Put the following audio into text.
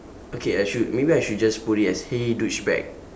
okay I should maybe I should just put it as !hey! douchebag